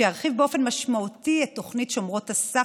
שירחיב באופן משמעותי את תוכנית שומרות הסף,